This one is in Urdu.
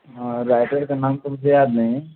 ہاں رائٹر کا نام تو مجھے یاد نہیں ہے